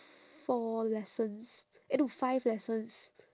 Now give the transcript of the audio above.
four lessons eh no five lessons